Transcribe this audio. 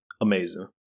amazing